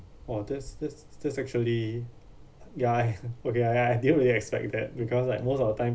oh that's that's that's actually ya I okay I I didn't really expect that because like most of the time